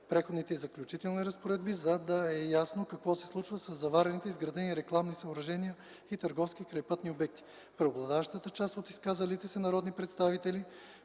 Преходните и заключителни разпоредби, за да е ясно какво се случва със заварените изградени рекламни съоръжения и търговски крайпътни обекти. Преобладаващата част от изказалите се народни представители